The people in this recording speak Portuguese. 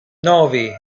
nove